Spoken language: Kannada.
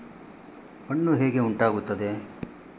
ಮಣ್ಣು ಹೇಗೆ ಉಂಟಾಗುತ್ತದೆ?